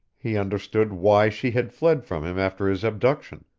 he understood why she had fled from him after his abduction,